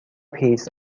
piece